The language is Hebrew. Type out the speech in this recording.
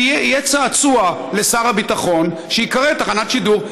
יהיה צעצוע לשר הביטחון שייקרא תחנת שידור.